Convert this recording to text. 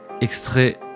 extrait